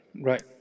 right